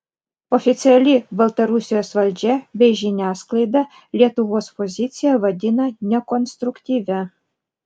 oficiali baltarusijos valdžia bei žiniasklaida lietuvos poziciją vadina nekonstruktyvia